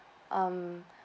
um